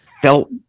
felt